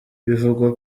bivugwa